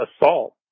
assault